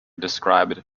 described